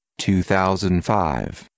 2005